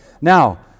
Now